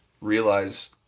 realize